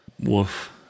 Woof